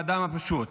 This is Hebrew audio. באדם הפשוט.